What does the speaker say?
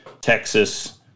Texas